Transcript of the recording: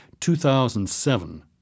2007